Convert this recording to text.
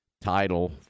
title